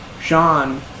Sean